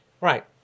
Right